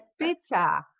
pizza